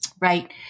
right